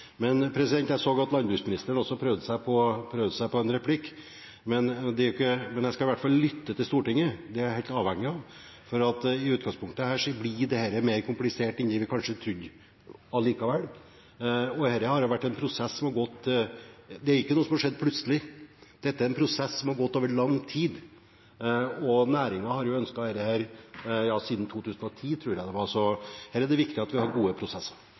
Jeg så at landbruksministeren også prøvde seg på en replikk. Jeg skal i hvert fall lytte til Stortinget. Det er jeg helt avhengig av. I utgangspunktet blir dette mer komplisert enn det vi kanskje trodde. Dette ikke noe som har skjedd plutselig, det er en prosess som har gått over lang tid. Næringen har jo ønsket dette siden 2010 – tror jeg det var – så her er det viktig at vi har gode prosesser.